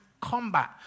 combat